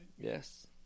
Yes